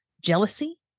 Jealousy